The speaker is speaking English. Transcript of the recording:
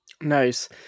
Nice